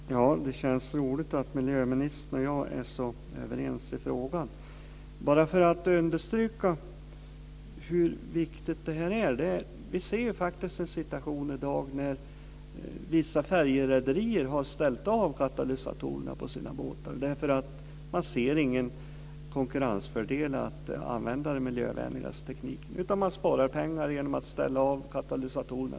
Fru talman! Det känns roligt att miljöministern och jag är så överens i frågan. Bara för att understryka hur viktigt det är vill jag peka på att vissa färjerederier har ställt av katalysatorerna på sina båtar, därför att de inte ser någon konkurrensfördel i att använda den miljövänligaste tekniken. De sparar pengar genom att ställa av katalysatorerna.